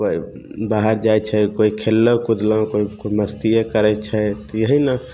कोइ बाहर जाइ छै कोइ खेललक कुदलक कोइ मस्तिये करय छै तऽ यही ने